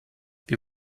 wir